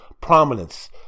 prominence